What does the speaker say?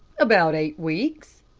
about eight weeks,